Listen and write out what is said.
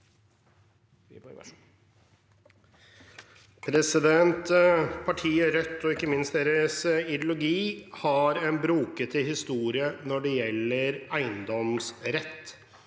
Partiet Rødt, og ikke minst deres ideologi, har en broket historie når det gjelder eiendomsrett.